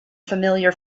familiar